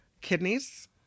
Kidneys